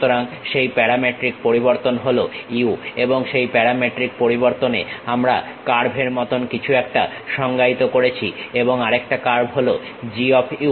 সুতরাং সেই প্যারামেট্রিক পরিবর্তন হলো u এবং সেই প্যারামেট্রিক পরিবর্তনে আমরা কার্ভের মতন কিছু একটা সংজ্ঞায়িত করছি এবং আরেকটা কার্ভ হল G অফ u